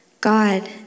God